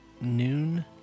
noon